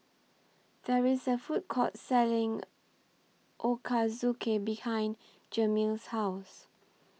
There IS A Food Court Selling Ochazuke behind Jameel's House